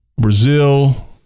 Brazil